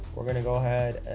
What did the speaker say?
we're gonna go ahead and